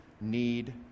need